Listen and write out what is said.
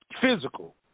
physical